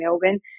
Melbourne